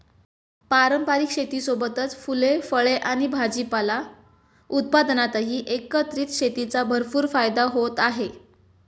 पारंपारिक शेतीसोबतच फुले, फळे आणि भाजीपाला उत्पादनातही एकत्रित शेतीचा भरपूर फायदा होत आहे